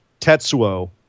Tetsuo